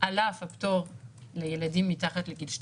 כולו מתבסס על מדרוג,